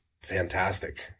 fantastic